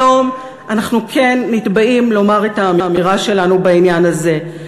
היום אנחנו כן נתבעים לומר את האמירה שלנו בעניין הזה.